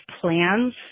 plans